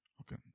Okay